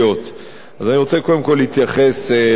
אז אני רוצה קודם כול להתייחס לנושא הזה,